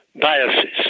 biases